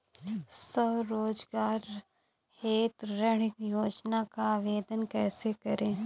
स्वरोजगार हेतु ऋण योजना का आवेदन कैसे करें?